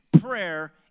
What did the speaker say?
prayer